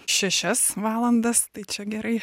šešias valandas tai čia gerai